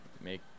make